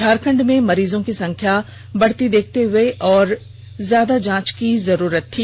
झारखंड में मरीजो की बढ़ती संख्या को देखते हुए और ज्यादा जांच की जरुरत थी